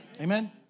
amen